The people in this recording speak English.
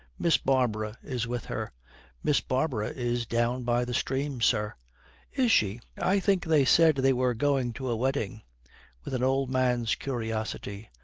miss barbara is with her miss barbara is down by the stream, sir is she? i think they said they were going to a wedding with an old man's curiosity,